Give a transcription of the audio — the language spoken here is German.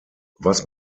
was